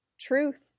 truth